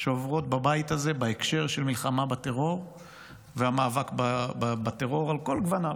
שעוברות בבית הזה בהקשר של מלחמה בטרור והמאבק בטרור על כל גווניו.